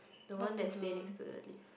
the one that stay next to the lift